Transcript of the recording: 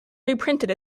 reprinted